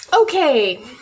Okay